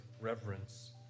reverence